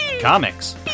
comics